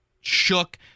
shook